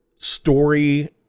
story